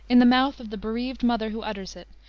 in the mouth of the bereaved mother who utters it,